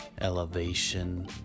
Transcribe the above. elevation